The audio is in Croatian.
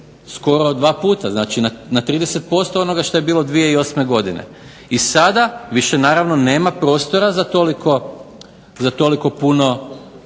skoro 2 puta, znači na 30% od onoga što je bilo 2008. godine. I sada više naravno nema prostora za toliko puno